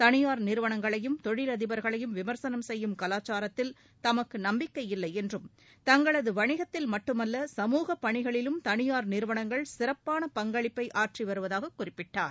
தனியாா் நிறுவனங்களையும் தொழிலதிபா்களையும் விமா்சனம் செய்யும் கலாச்சாரத்தில் தமக்கு நம்பிக்கையில்லை என்றும் தங்களது வணிகத்தில் மட்டுமல்ல சமூகப் பணிகளிலும் தனியார் நிறுவனங்கள் சிறப்பான பங்களிப்பை ஆற்றி வருவதாக பிரதமர் குறிப்பிட்டார்